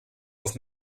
auf